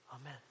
Amen